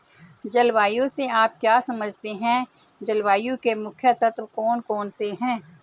जलवायु से आप क्या समझते हैं जलवायु के मुख्य तत्व कौन कौन से हैं?